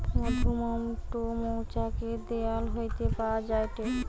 মধুমোম টো মৌচাক এর দেওয়াল হইতে পাওয়া যায়টে